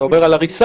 אתה מדבר על הריסה.